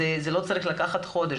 זה לא צריך לקחת חודש,